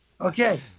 Okay